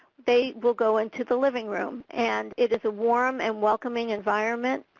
they will go into the living room. and it is a warm and welcoming environment.